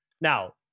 now